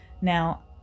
now